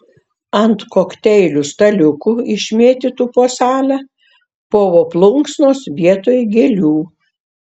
ant kokteilių staliukų išmėtytų po salę povo plunksnos vietoj gėlių